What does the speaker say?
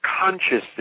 consciousness